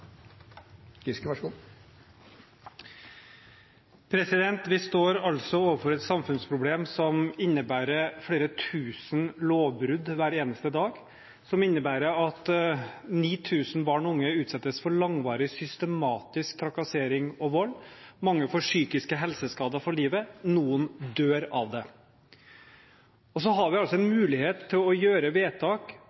Vi står overfor et samfunnsproblem som innebærer flere tusen lovbrudd hver eneste dag, som innebærer at 9 000 barn og unge utsettes for langvarig systematisk trakassering og vold – mange får psykiske helseskader for livet, noen dør av det. Så har vi altså en